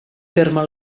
terme